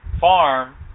farm